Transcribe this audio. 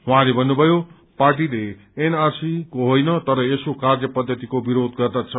उहाँले भन्नुभयो पार्टीले एनआरसी को विरूद्ध होइन तर यसको कार्य पद्धतिको विरोध गर्दछ